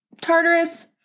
Tartarus